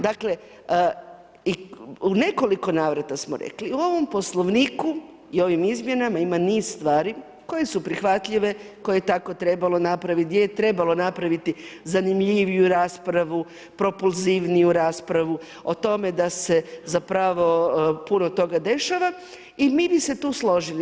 Dakle i u nekoliko navrata smo rekli u ovom Poslovniku i ovim izmjenama ima niz stvari koje su prihvatljive, koje je tako trebalo napraviti, gdje je trebalo napraviti zanimljiviju raspravu, propulzivniju raspravu, o tome da se zapravo puno toga dešava i mi bi se tu složili.